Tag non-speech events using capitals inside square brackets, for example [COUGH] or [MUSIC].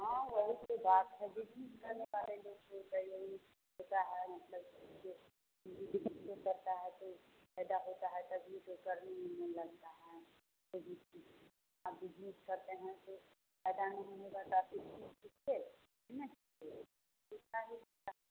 हाँ वाही तो बात है जो यूज़ करने वाले लोग होता है मतलब [UNINTELLIGIBLE] करता है कोई फायदा होता है तब ही उसको करने में मन लगता है [UNINTELLIGIBLE] आप बिजनेस करते हैं तो फ़ायदा नहीं होगा तो आप ही [UNINTELLIGIBLE]